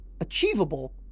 achievable